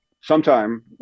sometime